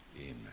Amen